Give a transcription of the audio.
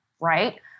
right